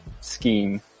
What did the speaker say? scheme